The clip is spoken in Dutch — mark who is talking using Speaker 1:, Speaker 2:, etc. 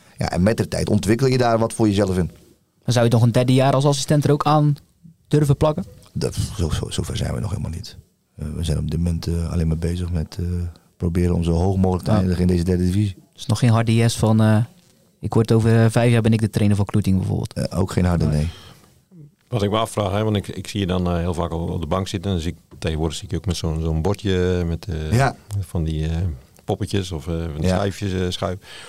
Speaker 1: Ja, en met de tijd ontwikkel je daar wat voor jezelf in.
Speaker 2: Dan zou je nog een derde jaar als assistent er ook aan durven plakken?
Speaker 1: Dat- zo- zo- zover zijn we nog helemaal niet. Eh, we zijn op dit moment, eh, alleen maar bezig met, eh, proberen om zo hoog mogelijk te eindigen
Speaker 2: Ja.
Speaker 1: in deze derde divisie.
Speaker 2: Dat is nog geen harde yes van, eh, ik word over, eh, vijf jaar ben ik de trainer van Kloeting bijvoorbeeld.
Speaker 1: Eh, ook geen harde
Speaker 2: Nee.
Speaker 1: nee.
Speaker 3: Wat ik me afvraag, hè, want ik- ik zie je dan, eh, heel vaak al op de bank zitten. Dan zie ik- tegenwoordig zie ik je ook met zo'n- zo'n bordje, eh, met, eh,
Speaker 1: Ja.
Speaker 3: van die, eh, poppetjes of, eh, van die
Speaker 1: Ja.
Speaker 3: schijfjes, eh, schuif.